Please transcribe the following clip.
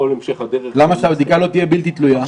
המשך הדרך -- למה שהבדיקה לא תהיה בלתי תלויה?